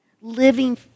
living